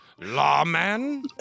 lawman